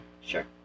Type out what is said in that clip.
Sure